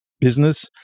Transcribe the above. business